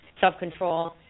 self-control